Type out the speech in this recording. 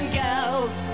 girls